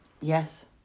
Yes